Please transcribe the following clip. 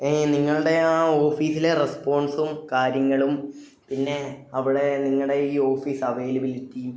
നിങ്ങളുടെ ആ ഓഫീസിലെ റെസ്പോൺസും കാര്യങ്ങളും പിന്നെ അവിടെ നിങ്ങളുടെ ഈ ഓഫീസ് അവൈലബിലിറ്റിയും